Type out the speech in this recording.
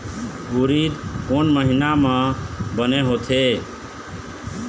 उरीद कोन महीना म बने होथे?